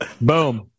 Boom